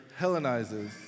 Hellenizes